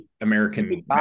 American